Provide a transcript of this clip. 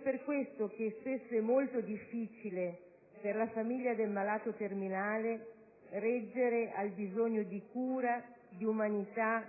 per questo spesso è molto difficile per la famiglia del malato terminale reggere al bisogno di cura, di umanità e